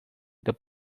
the